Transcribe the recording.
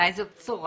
בעיניי זאת בשורה,